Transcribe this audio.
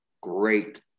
great